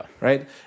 right